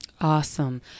Awesome